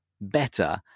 better